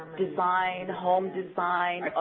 design, home design,